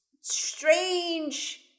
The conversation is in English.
strange